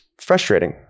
frustrating